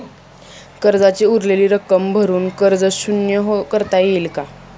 कर्जाची उरलेली रक्कम भरून कर्ज शून्य करता येईल का?